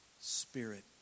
Spirit